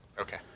Okay